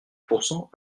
pourcent